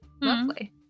Lovely